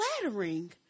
flattering